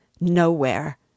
nowhere